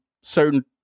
certain